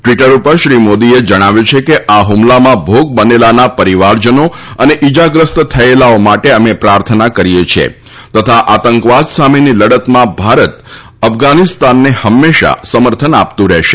Twitter ઉપર શ્રી મોદીએ જણાવ્યું છે કે આ હુમલામાં ભોગ બનેલાના પરિવારજનો તથા ઇજાગ્રસ્ત થયેલા માટે અમે પ્રાર્થના કરીએ છીએ તથા આતંકવાદ સામેની લડતમાં ભારત અફઘાનીસ્તાનને હંમેશા સમર્થન આપતું રહેશે